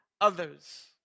others